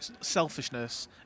selfishness